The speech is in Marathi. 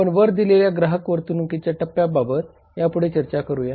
आपण वर दिलेल्या ग्राहक वर्तणुकीच्या टप्यां बाबत या पुढे चर्चा करूया